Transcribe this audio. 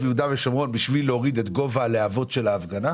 ואני לא יודע מה היה בוועדה לביטחון פנים,